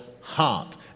heart